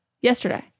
yesterday